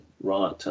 right